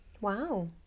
Wow